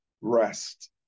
rest